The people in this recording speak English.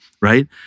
right